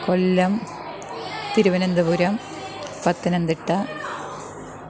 Kollam Thiruvananthapuram Pathanamthitta